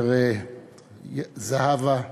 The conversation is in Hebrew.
זהבה,